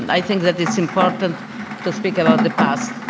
and i think that it's important to speak about the past.